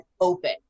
open